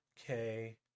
okay